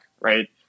right